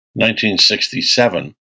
1967